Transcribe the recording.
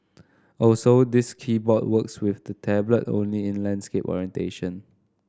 also this keyboard works with the tablet only in landscape orientation